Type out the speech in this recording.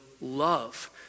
love